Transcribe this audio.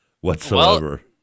whatsoever